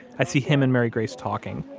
i see him and mary grace talking.